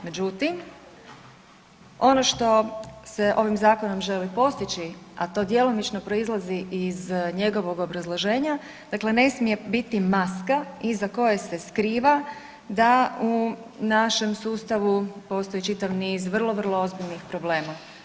Međutim, ono što se ovim zakonom želi postići, a to djelomično proizlazi iz njegovog obrazloženja, dakle ne smije biti maska iza koje se skriva da u našem sustavu postoji čitav niz vrlo, vrlo ozbiljnih problema.